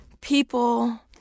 people